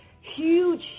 huge